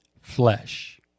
flesh